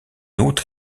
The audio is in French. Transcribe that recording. outre